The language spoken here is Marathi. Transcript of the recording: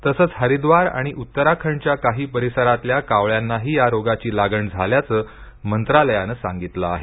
तसेच हरिद्वार आणि उत्तराखंडच्या काही परिसरातील कावळ्यांनाही या रोगाची लागण झाल्याचे मंत्रालयाने सांगितले आहे